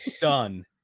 done